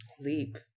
Leap